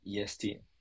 EST